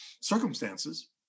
circumstances